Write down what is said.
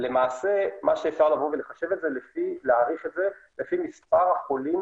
למעשה אפשר להעריך את זה לפי מספר החולים